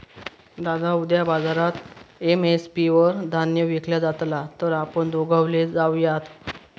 दादा उद्या बाजारात एम.एस.पी वर धान्य विकला जातला तर आपण दोघवले जाऊयात